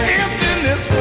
emptiness